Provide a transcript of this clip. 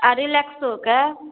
आओर रिलेक्सोके